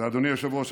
אדוני היושב-ראש,